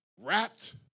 wrapped